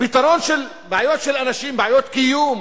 פתרון של בעיות של אנשים, בעיות קיום,